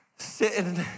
sitting